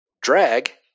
Drag